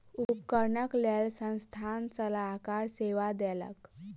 उपकरणक लेल संस्थान सलाहकार सेवा देलक